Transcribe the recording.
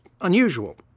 Unusual